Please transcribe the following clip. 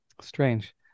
Strange